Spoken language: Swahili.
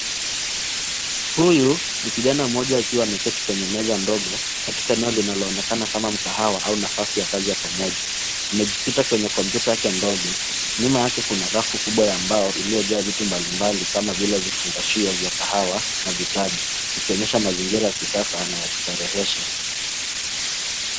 Huyu ni kijana mmoja akiwa ameketi kwenye meza ndogo, katika eneo linaloonekana kama mkahawa au nafasi ya kazi ya pamoja. Amejikita kwenye kompyuta yake ndogo, nyuma yake kuna rafu ya mbao iliyojaa vitu mbalimbali kama vile vifungashio vya kahawa na vitabu, ikionyesha mazingira ya kisasa na ya kustarehesha.